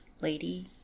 lady